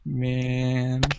man